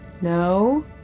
No